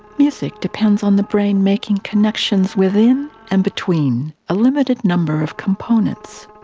music depends on the brain making connections within and between a limited number of components.